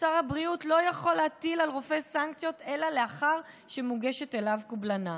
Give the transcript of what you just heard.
שר הבריאות לא יכול להטיל על רופא סנקציות אלא לאחר שמוגשת עליו קובלנה.